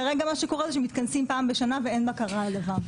כרגע מתכנסים פעם בשנה ואין בקרה על הדבר.